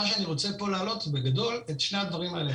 מה שאני רוצה פה להעלות בגדול את שני הדברים הללו,